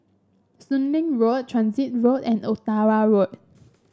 Soon Leng Road Transit Road and Ottawa Road